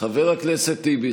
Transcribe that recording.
חבר הכנסת טיבי,